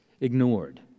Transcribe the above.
ignored